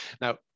Now